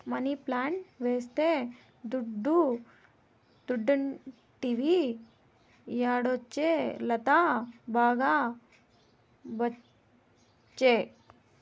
money plant వేస్తే దుడ్డే దుడ్డంటివి యాడొచ్చే లత, బాగా ఒచ్చే